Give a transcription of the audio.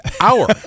hour